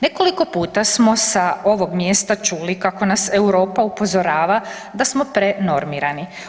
Nekoliko puta smo sa ovog mjesta čuli kako nas Europa upozorava da smo prenormirani.